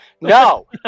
No